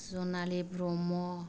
Janali Brahma